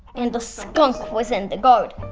and the skunk was in the garden,